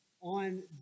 On